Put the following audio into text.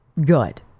good